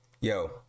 yo